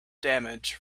damage